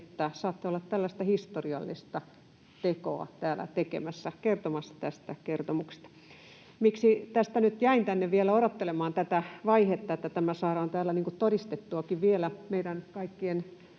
että saatte olla tällaista historiallista tekoa täällä tekemässä, kertomassa tästä kertomuksesta. Miksi nyt jäin tänne vielä odottelemaan tätä vaihetta, että tämä saadaan täällä todistettuakin vielä meidän kaikkien